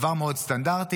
דבר מאוד סטנדרטי,